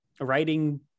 writing